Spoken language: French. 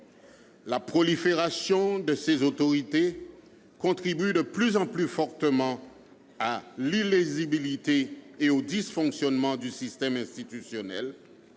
la prolifération de ces autorités [...] contribue de plus en plus fortement à l'illisibilité et au dysfonctionnement du système institutionnel,